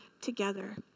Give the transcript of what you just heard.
together